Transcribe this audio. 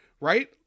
right